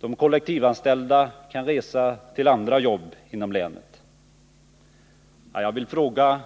De kollektivanställda kan resa till andra jobb i länet, menar han.